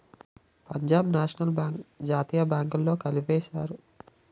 Punjab National Bank జాతీయ బ్యాంకుల్లో కలిపేశారు